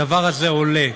הדבר הזה עולה.